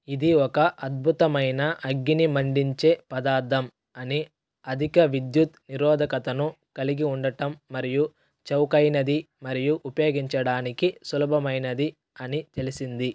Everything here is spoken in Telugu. ఇది ఒక అద్భుతమైన అగ్గిని మండించే పదార్థం అని అధిక విద్యుత్ నిరోధకతను కలిగి ఉండటం మరియు చవకైనది మరియు ఉపయోగించడానికి సులభమైనది అని తెలిసింది